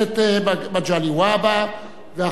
ואחרון הדוברים הוא רוני בר-און,